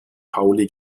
pauli